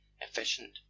efficient